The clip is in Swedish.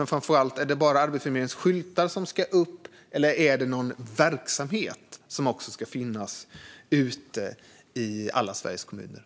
Men framför allt: Är det bara Arbetsförmedlingens skyltar som ska upp, eller ska det också finnas någon verksamhet ute i alla Sveriges kommuner?